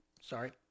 sorry